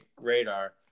radar